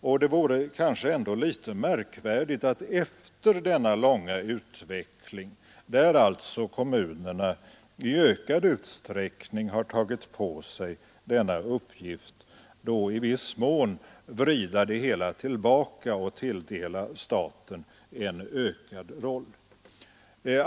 Och det vore kanske ändå litet märkvärdigt att efter denna långa utveckling, där alltså kommunerna i ökad utsträckning har tagit på sig denna uppgift, i viss mån vrida det hela tillbaka och tilldela staten en ökad roll.